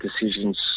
decisions